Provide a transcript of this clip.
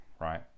right